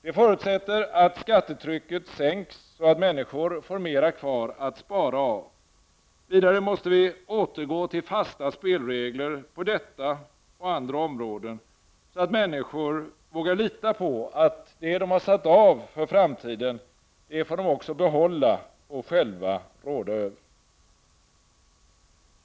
Det förutsätter att skattetrycket sänks så att människor får mer kvar att spara av. Vidare måste vi återgå till fasta spelregler på detta och andra områden, så att människor vågar lita på att det de har satt av för framtiden får de också behålla och själva råda över.